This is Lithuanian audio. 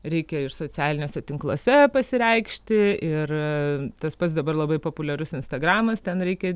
reikia ir socialiniuose tinkluose pasireikšti ir tas pats dabar labai populiarus instagramas ten reikia